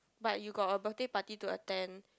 but you got a birthday party to attend